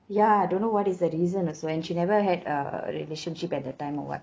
ya don't know what is the reason also and she never had a relationship at the time or [what]